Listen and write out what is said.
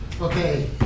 Okay